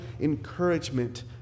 encouragement